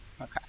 Okay